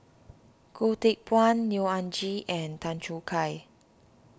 Goh Teck Phuan Neo Anngee and Tan Choo Kai